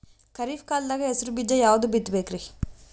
ಖರೀಪ್ ಕಾಲದಾಗ ಹೆಸರು ಬೀಜ ಯಾವದು ಬಿತ್ ಬೇಕರಿ?